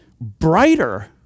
brighter